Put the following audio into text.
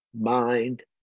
mind